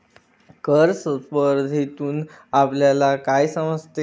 कर स्पर्धेतून आपल्याला काय समजते?